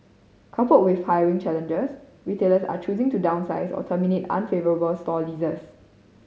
coupled with hiring challenges retailers are choosing to downsize or terminate unfavourable store leases